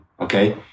okay